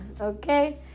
okay